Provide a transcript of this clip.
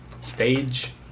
stage